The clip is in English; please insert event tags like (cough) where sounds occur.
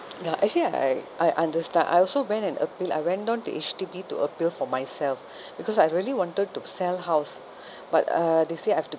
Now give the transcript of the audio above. (noise) ya actually uh I I understand I also went and appeal I went down to H_D_B to appeal for myself (breath) because I really wanted to sell house (breath) but uh they say I have to